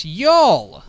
y'all